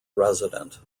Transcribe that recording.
resident